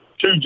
two